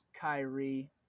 Kyrie